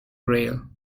braille